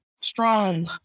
strong